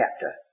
chapter